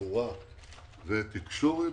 תחבורה ותקשורת,